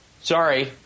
Sorry